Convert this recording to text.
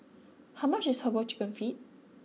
how much is Herbal Chicken Feet